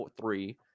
three